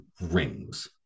rings